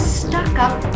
stuck-up